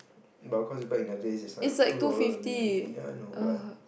but of course back in the days is like two dollars only ya I know but